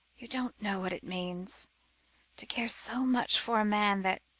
you don't know what it means to care so much for a man, that,